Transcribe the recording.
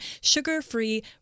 sugar-free